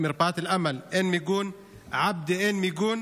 מרפאת אל-עמל, אין מיגון, עבדה, אין מיגון,